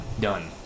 done